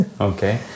Okay